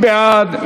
מי בעד?